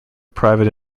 private